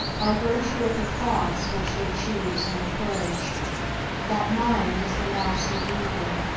by virtue of the thoughts, which they choose and encourage that mind is the master-weaver,